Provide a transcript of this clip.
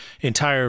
entire